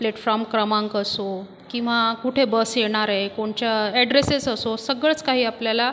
platform क्रमांक असो किंवा कुठे बस येणार आहे कोणच्या ॲड्रेसेस असो सगळंच काही आपल्याला